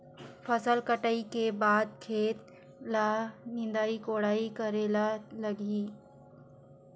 फसल कटाई के बाद खेत ल निंदाई कोडाई करेला लगही?